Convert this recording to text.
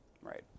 Right